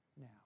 now